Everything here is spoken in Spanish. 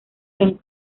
san